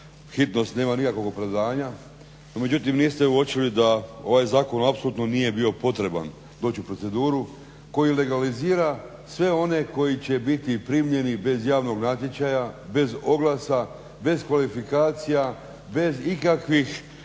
hitnost nema nikakvog opravdanja no međutim niste uočili da ovaj zakon apsolutno nije bio potreban doći u proceduru koji legalizira sve one koji će biti primljeni bez javnog natječaja, bez oglasa, bez kvalifikacija, bez ikakvih,